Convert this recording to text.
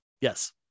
yes